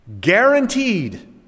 guaranteed